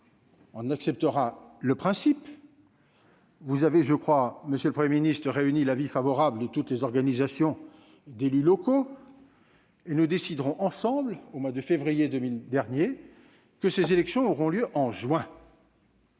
en accepta le principe. Vous recueillîtes, monsieur le Premier ministre, l'avis favorable de toutes les organisations d'élus locaux, et nous décidâmes ensemble, en février dernier, que ces élections auraient lieu en juin.